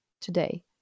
today